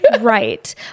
Right